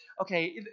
okay